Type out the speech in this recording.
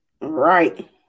Right